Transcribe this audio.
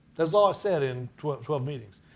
that's all i said in twelve meetings.